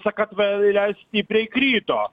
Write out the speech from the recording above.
sakartvele stipriai krito